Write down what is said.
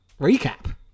recap